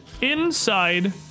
Inside